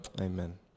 Amen